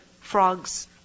frogs